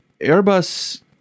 airbus